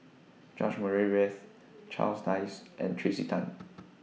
George Murray Reith Charles Dyce and Tracey Tan